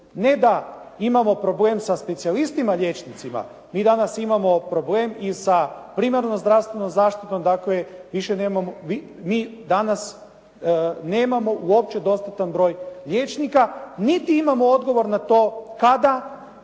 Ne da imamo problem sa specijalistima liječnicima. Mi danas imamo problem i sa primarnom zdravstvenom zaštitom dakle više nemamo, mi danas nemamo uopće dostatan broj liječnika niti imamo odgovor na to kada